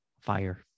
Fire